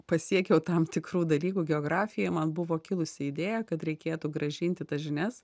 pasiekiau tam tikrų dalykų geografijoj man buvo kilusi idėja kad reikėtų grąžinti tas žinias